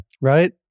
Right